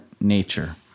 nature